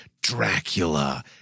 Dracula